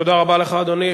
תודה רבה לך, אדוני.